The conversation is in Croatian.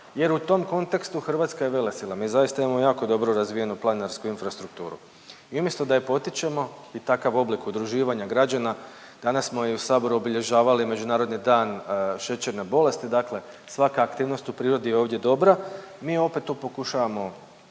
jer u tom kontekstu Hrvatska je velesila. Mi zaista imamo jako dobro razvijenu planinarsku infrastrukturu. I umjesto da je potičemo i takav oblik udruživanja građana, danas smo i u saboru obilježavali međunarodni dan šećerne bolesti, dakle svaka aktivnost u prirodi je ovdje dobra, mi opet tu pokušavamo,